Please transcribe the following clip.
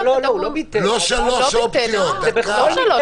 לא שלוש אופציות, דקה.